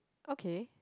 okay